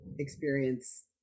Experience